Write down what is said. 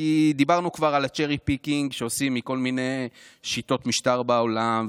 כי דיברנו כבר על cherry picking שעושים מכל מיני שיטות משטר בעולם,